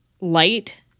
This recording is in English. light